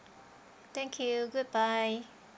thank you goodbye